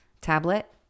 tablet